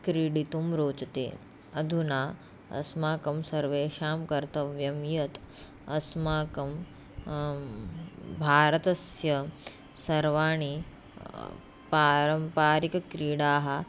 क्रीडितुं रोचते अधुना अस्माकं सर्वेषां कर्तव्यं यत् अस्माकं भारतस्य सर्वाणि पारम्पारिकक्रीडाः